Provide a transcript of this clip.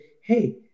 hey